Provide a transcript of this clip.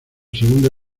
segunda